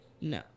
no